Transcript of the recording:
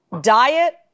diet